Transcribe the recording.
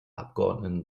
abgeordneten